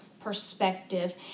perspective